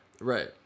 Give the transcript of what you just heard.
Right